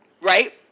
right